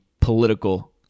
political